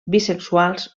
bisexuals